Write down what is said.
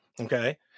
okay